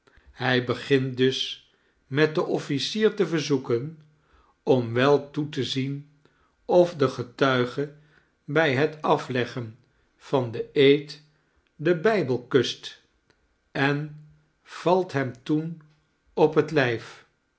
hij begint dus met den officier te verzoeken oni wel toe te zien of de getuige bij het afleggen van den eed den bijbel kust en valt hem toen op het lijf